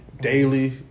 daily